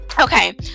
Okay